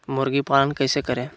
मुर्गी पालन कैसे करें?